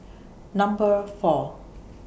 Number four